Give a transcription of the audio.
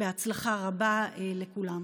בהצלחה רבה לכולם.